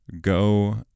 Go